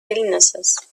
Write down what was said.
illnesses